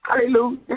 Hallelujah